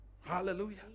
Hallelujah